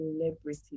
celebrity